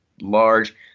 large